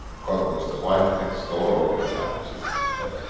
god knows the wife next door, or the cat which is on the bed.